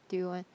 do you want